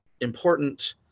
important